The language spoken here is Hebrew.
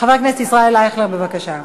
חבר הכנסת ישראל אייכלר, בבקשה.